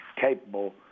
capable